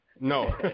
No